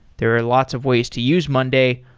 there are lots of ways to use monday,